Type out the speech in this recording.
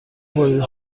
بریده